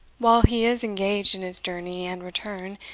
while he is engaged in his journey and return,